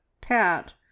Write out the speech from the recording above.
pat